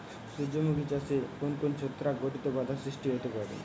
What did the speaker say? সূর্যমুখী চাষে কোন কোন ছত্রাক ঘটিত বাধা সৃষ্টি হতে পারে?